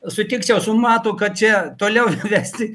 sutikčiau su matu kad čia toliau vesti